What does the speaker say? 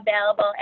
available